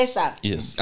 Yes